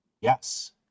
Yes